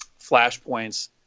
flashpoints